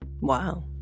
Wow